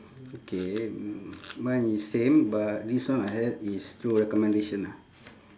okay mine is same but this one I had is through recommendation ah